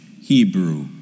Hebrew